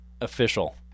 Official